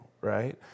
right